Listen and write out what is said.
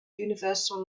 universal